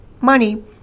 money